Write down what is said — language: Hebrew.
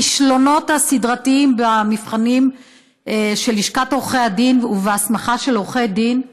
הכישלונות הסדרתיים במבחנים של לשכת עורכי הדין ובהסמכה של עורכי דין.